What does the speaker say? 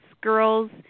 Girls